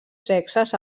sexes